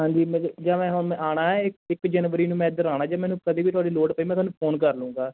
ਹਾਂਜੀ ਮੈਂ ਜ ਜਿਵੇਂ ਹੁਣ ਮੈਂ ਆਉਣਾ ਏ ਇੱਕ ਜਨਵਰੀ ਨੂੰ ਮੈਂ ਇੱਧਰ ਆਉਣਾ ਜੇ ਮੈਨੂੰ ਕਦੇ ਵੀ ਤੁਹਾਡੀ ਲੋੜ ਪਈ ਮੈਂ ਤੁਹਾਨੂੰ ਫੋਨ ਕਰ ਲੂੰਗਾ